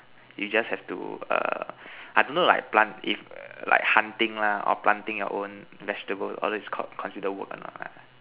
you just have to err I don't know like plant if like hunting lah or planting your own vegetables all these con~ considered work or not ah